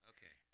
Okay